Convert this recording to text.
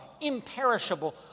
imperishable